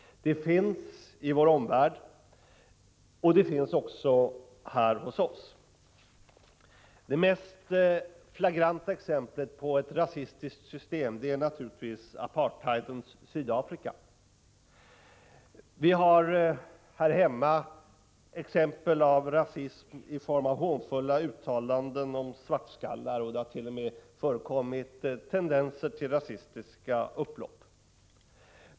Den finns i vår omvärld, och den finns också här hos oss. Det mest flagranta exemplet på ett rasistiskt system är naturligtvis Prot. 1985/86:68 apartheidens Sydafrika. Vi har här hemma exempel på rasism i form av 3 februari 1986 hånfulla uttalanden om svartskallar, och det har t.o.m. förekommit tendenser till rasistiska upplopp.